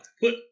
Put